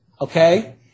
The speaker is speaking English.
okay